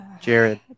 Jared